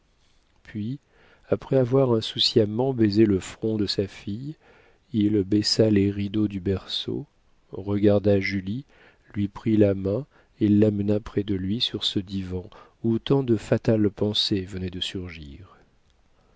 puis après avoir insouciamment baisé le front de sa fille il baissa les rideaux du berceau regarda julie lui prit la main et l'amena près de lui sur ce divan où tant de fatales pensées venaient de surgir